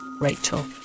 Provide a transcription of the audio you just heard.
Rachel